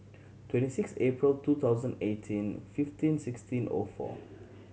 twenty six April two thousand eighteen fifteen sixteen O four